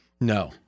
No